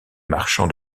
marchands